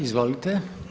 Izvolite.